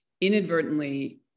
inadvertently